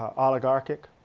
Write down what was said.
oligarchic,